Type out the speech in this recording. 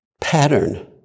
pattern